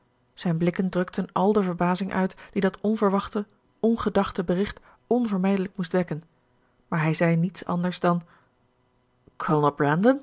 zijn blikken drukten al de verbazing uit die dat onverwachte ongedachte bericht onvermijdelijk moest wekken maar hij zei niets anders dan kolonel brandon